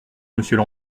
monsieur